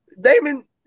Damon